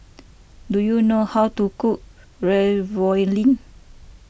do you know how to cook Ravioli